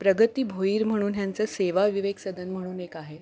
प्रगती भोईर म्हणून ह्यांचं सेवा विवेक सदन म्हणून एक आहे